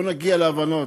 בואו נגיע להבנות.